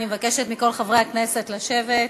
אני מבקשת מכל חברי הכנסת לשבת.